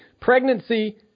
Pregnancy